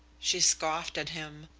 she scoffed at him,